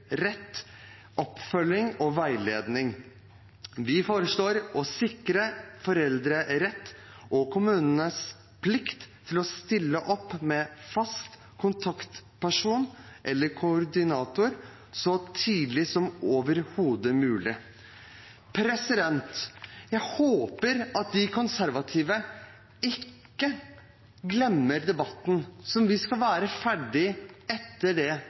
oppfølging og veiledning. Vi foreslår å sikre foreldre rett til, og gi kommunene plikt til å stille opp med, fast kontaktperson eller koordinator så tidlig som overhodet mulig. Jeg håper at de konservative ikke glemmer debatten etter dette i dag, for det